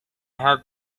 have